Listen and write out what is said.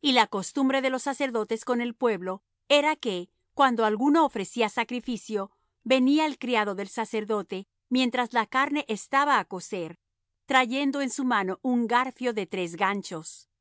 y la costumbre de los sacerdotes con el pueblo era que cuando alguno ofrecía sacrificio venía el criado del sacerdote mientras la carne estaba á cocer trayendo en su mano un garfio de tres ganchos